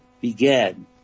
began